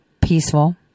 peaceful